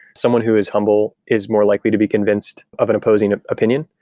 someone who is humble is more likely to be convinced of an opposing opinion,